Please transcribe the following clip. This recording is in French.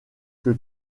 que